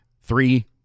Three